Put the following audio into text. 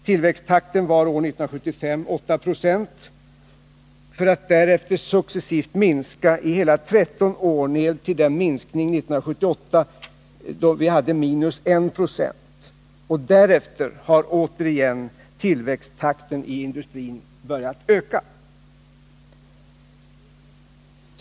Tillväxttakten var 8 96 år 1965 för att därefter successivt minska under hela 13 år ned till en minskning år 1978 på 19260. Därefter har tillväxttakten i industrin återigen börjat öka.